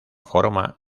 forma